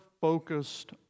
focused